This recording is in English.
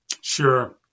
Sure